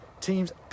teams